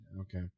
Okay